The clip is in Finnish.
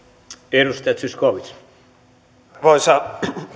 arvoisa